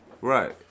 Right